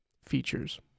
features